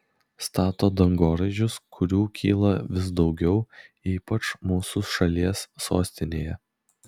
stato dangoraižius kurių kyla vis daugiau ypač mūsų šalies sostinėje